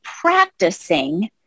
practicing